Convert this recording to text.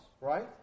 right